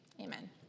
amen